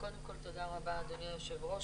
תודה רבה, אדוני היושב-ראש.